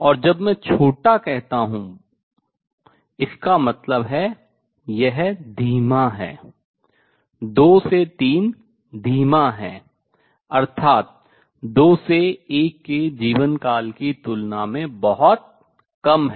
और जब मैं बहुत छोटा कहता हूँ इसका मतलब है यह धीमा है 2 से 3 धीमा है अर्थात 2 से 1 तक के जीवन काल की तुलना में बहुत कम है